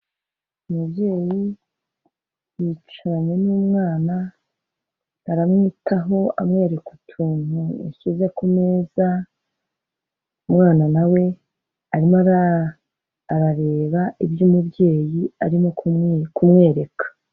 Umubyeyi yicaranye n'umwana aramwitaho amwereka utuntu yashyize ku meza, umwana na we arimo ara arareba ibyo umubyeyi arimo kumwereka.